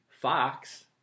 Fox